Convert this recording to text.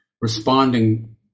responding